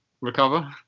recover